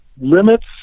limits